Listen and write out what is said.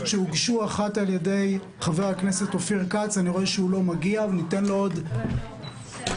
אני רואה שהם לא כאן, אז אני עובר להצבעה.